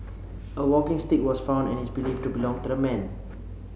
a walking stick was found and is believed to belong to the men